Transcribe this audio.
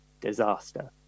disaster